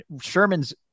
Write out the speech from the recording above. Sherman's